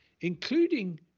including